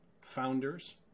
founders